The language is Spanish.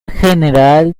general